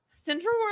Central